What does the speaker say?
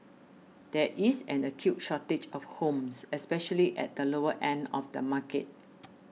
there is an acute shortage of homes especially at the lower end of the market